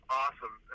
awesome